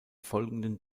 folgenden